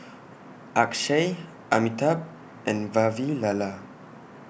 Akshay Amitabh and Vavilala